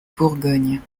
bourgogne